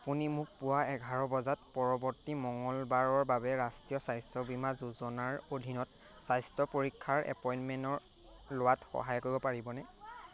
আপুনি মোক পুৱা এঘাৰ বজাত পৰৱৰ্তী মঙলবাৰৰ বাবে ৰাষ্ট্ৰীয় স্বাস্থ্য বীমা যোজনাৰ অধীনত স্বাস্থ্য পৰীক্ষাৰ এপইণ্টমেণ্টৰ লোৱাত সহায় কৰিব পাৰিবনে